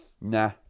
Nah